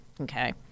okay